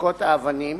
וזריקות האבנים